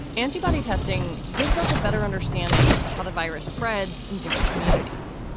antibody testing gives us a better understanding of how the virus spreads in different communities,